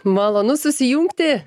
malonu susijungti